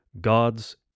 god's